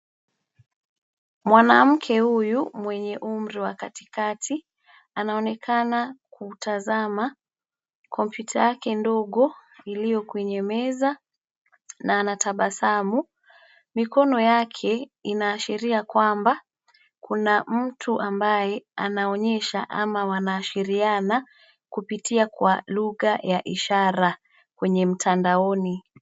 Mwanamke huyu mwenye umri wa katikati anaonekana kutazama kompyuta yake ndogo iliyo kwenye meza na anatabasamu. Mikono yake inaashiria kwamba kuna mtu ambaye anaonyesha ama wanaashiriana kupitia kwa lugha ya ishara kwenye mtandaoni.